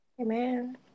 Amen